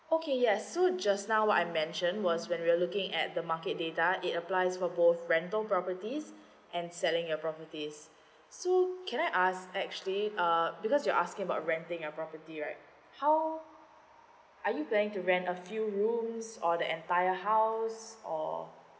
okay yes so just now I mention was when we're looking at the market data it applies for both rental properties and selling your properties so can I ask actually uh because you're asking about renting your property right how are you planning to rent a few rooms or the entire house or